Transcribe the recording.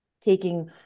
taking